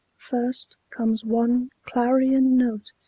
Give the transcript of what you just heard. first comes one clarion note,